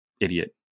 idiot